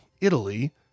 Italy